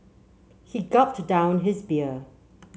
he gulped down his beer